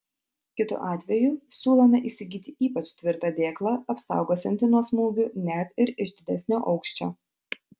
kitu atveju siūlome įsigyti ypač tvirtą dėklą apsaugosiantį nuo smūgių net ir iš didesnio aukščio